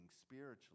spiritually